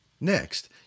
Next